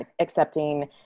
Accepting